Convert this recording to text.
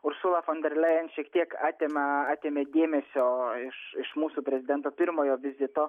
usula fon der lejen šiek tiek atima atėmė dėmesio iš iš mūsų prezidento pirmojo vizito